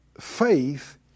faith